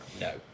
No